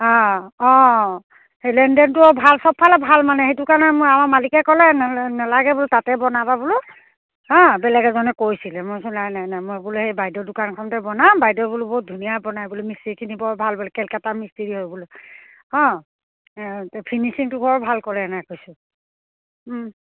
অঁ অঁ সেই লেনদেনটোও ভাল চবফালে ভাল মানে সেইটো কাৰণে মই আমাৰ মালিকে ক'লে নেলাগে বোলো তাতে বনাবা বোলো হাঁ বেলেগ এজনে কৈছিলে মই কৈছোঁ নাই নাই মই বোলো সেই বাইেদেউৰ দোকানখনতে বনাওঁ বাইদেৱে বোলো বৰ ধুনীয়া বনায় বোলো মিস্ত্ৰীখিনি বৰ ভাল বোলো কেলকেতাৰ মিস্ত্ৰী হয় বোলো অঁ ফিনিচিংটো বৰ ভাল কৰে এনেকৈ কৈছোঁ